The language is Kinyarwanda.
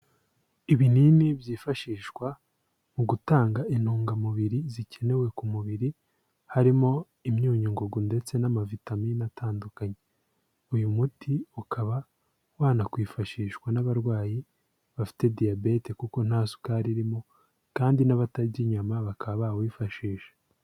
Ibinini byifashishwa mu gutanga intungamubiri zikenewe ku mubiri, harimo imyunyu ngugu ndetse n'amavitamine atandukanye. Uyu muti ukaba wanakwifashishwa n'abarwayi bafite diyabete kuko nta sukari irimo kandi n'abatarya inyama bakaba bawifashisha.